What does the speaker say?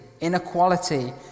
inequality